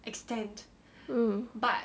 um